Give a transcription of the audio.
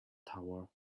tower